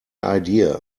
idea